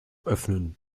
öffnen